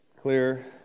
Clear